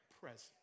present